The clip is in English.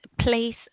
place